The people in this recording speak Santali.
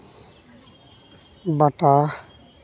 ᱵᱟᱴᱟ